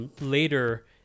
later